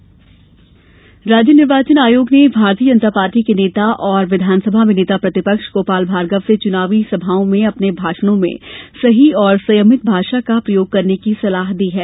निर्वाचन आयोग निर्वाचन आयोग ने भारतीय जनता पार्टी के नेता और विधानसभा में नेता प्रतिपक्ष गोपाल भार्गव से चुनावी सभाओं में अपने भाषणों में सही और संयमित भाषा का प्रयोग करने की सलाह दी है